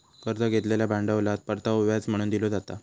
कर्ज घेतलेल्या भांडवलात परतावो व्याज म्हणून दिलो जाता